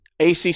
ACC